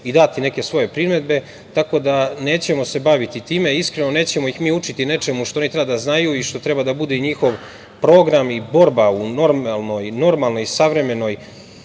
i dati neke svoje primedbe. Tako da, nećemo se baviti time i iskreno, nećemo ih mi učiti nečemu što oni treba da znaju i što treba da bude i njihov program i borba u normalnoj, savremenoj